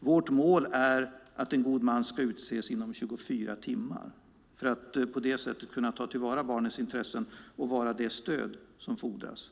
Vårt mål är att en god man ska utses inom 24 timmar för att på det sättet kunna ta till vara barnens intressen och vara det stöd som fordras.